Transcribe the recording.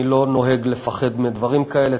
אני לא נוהג לפחד מדברים כאלה.